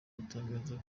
butangaza